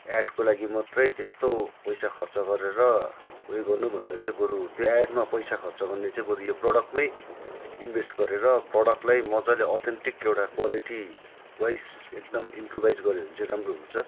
एडको लागि मात्रै त्यस्तो पैसा खर्च गरेर उयो गर्नु भन्दा चाहिँ बरु एडमा पैसा खर्च गर्ने चाहिँ बरु यो प्रडक्टमै इन्भेस्ट गरेर प्रडक्टलाई मजाले अथेन्टिक एउटा क्वालिटी वाइज एकदम इम्प्रोभाइज गर्यो भने चाहिँ राम्रो हुन्छ